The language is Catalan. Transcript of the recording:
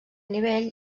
nivell